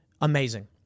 amazing